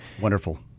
Wonderful